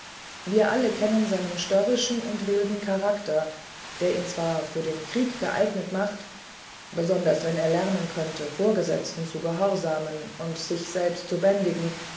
wir alle kennen seinen störrischen und wilden charakter der ihn zwar für den krieg geeignet macht besonders wenn er lernen könnte vorgesetzten zu gehorsamen und sich selber zu bändigen